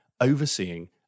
overseeing